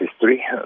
history